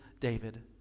David